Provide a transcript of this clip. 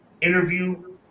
interview